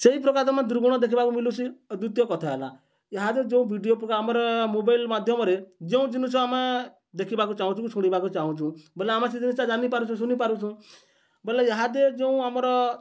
ସେହିପ୍ରକାର ଆମେ ଦୁର୍ଗୁଣ ଦେଖିବାକୁ ମିଳୁଛି ଆଉ ଦ୍ୱିତୀୟ କଥା ହେଲା ଏହାଦେ ଯେଉଁ ଭିଡ଼ିଓ ଆମର ମୋବାଇଲ ମାଧ୍ୟମରେ ଯେଉଁ ଜିନିଷ ଆମେ ଦେଖିବାକୁ ଚାହୁଁଛୁ ଶୁଣିବାକୁ ଚାହୁଁଛୁ ବୋଲେ ଆମେ ସେ ଜିନିଷଟା ଜାଣିପାରୁଛୁ ଶୁଣିପାରୁଛୁ ବୋଲେ ଏହା ଯେଉଁ ଆମର